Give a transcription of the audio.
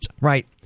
right